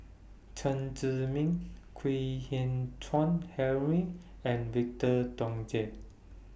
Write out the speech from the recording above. Chen Zhiming Kwek Hian Chuan Henry and Victor Doggett